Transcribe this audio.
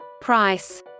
Price